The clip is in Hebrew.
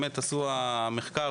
המחקר,